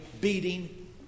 beating